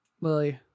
Lily